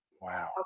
wow